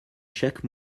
chaque